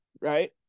Right